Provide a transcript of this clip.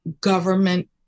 government